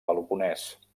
peloponès